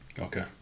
Okay